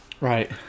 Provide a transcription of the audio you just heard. Right